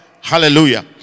Hallelujah